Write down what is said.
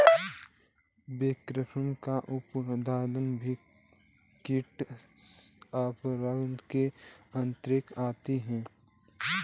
waxworm का उत्पादन भी कीट उत्पादन के अंतर्गत आता है